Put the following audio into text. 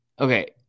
Okay